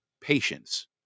patience